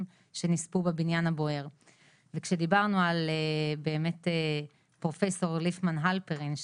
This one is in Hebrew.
שנספו בבניין הבוער וכשדיברנו על פרופסור ליפמן הלפרין,